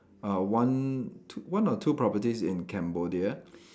uh one t~ one or two properties in Cambodia